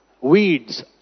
weeds